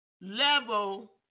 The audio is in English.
level